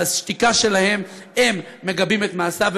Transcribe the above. בשתיקה שלהם הם מגבים את מעשיו,